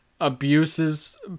abuses